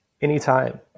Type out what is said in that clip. Anytime